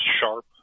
sharp